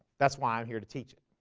that's why i'm here to teach it.